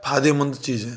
फायदेमंद चीज़ है